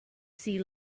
see